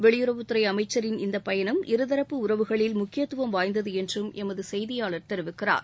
வெளியுறவுத்துறை அமைச்சரின் இந்தப்பயணம் இருதரப்பு உறவுகளில் முக்கியத்துவம் வாய்ந்தது என்றும் எமது செய்தியாளர் தெரிவிக்கிறார்